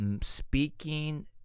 speaking